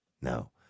No